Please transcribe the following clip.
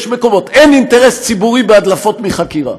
יש מקומות, אין אינטרס ציבורי בהדלפות מחקירה,